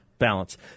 balance